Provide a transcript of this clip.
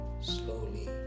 slowly